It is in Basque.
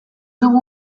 dugu